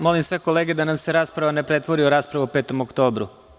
Molim sve kolege da se rasprava ne pretvori u raspravu o 5. oktobru.